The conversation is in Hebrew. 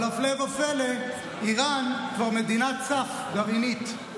אבל הפלא ופלא, איראן כבר מדינה סף גרעינית.